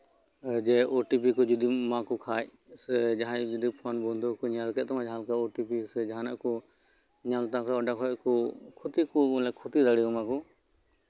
OTP ᱠᱚ ᱡᱚᱫᱤᱢ ᱮᱢᱟ ᱠᱚ ᱠᱷᱟᱡ ᱡᱟᱸᱦᱟᱭ ᱡᱩᱫᱤ ᱯᱷᱚᱱ ᱵᱚᱱᱫᱚ ᱧᱮᱞ ᱠᱮᱜ ᱛᱟᱢᱟ ᱳᱴᱤᱯᱤ ᱥᱮ ᱡᱟᱸᱦᱟᱱᱟᱜ ᱠᱚ ᱧᱮᱞ ᱛᱟᱢ ᱠᱷᱟᱱ ᱚᱱᱰᱮ ᱠᱷᱚᱡ ᱠᱚ ᱠᱷᱚᱛᱤ ᱠᱚ ᱢᱟᱱᱮ ᱠᱷᱚᱛᱤ ᱫᱟᱲᱮ ᱟᱢᱟᱠᱚ